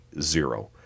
zero